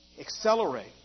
accelerate